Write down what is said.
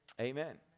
Amen